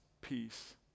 peace